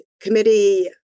committee